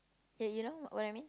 ya you know what I mean